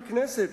ככנסת,